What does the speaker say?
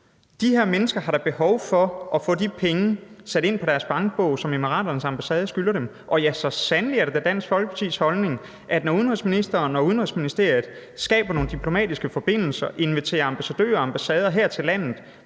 De her mennesker har da behov for at få de penge, som De Forenede Arabiske Emiraters ambassade skylder dem, sat ind på deres bankbog. Og ja, så sandelig er det da Dansk Folkepartis holdning, at når udenrigsministeren og Udenrigsministeriet skaber nogle diplomatiske forbindelser og inviterer ambassadører og ambassader her til landet